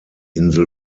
insel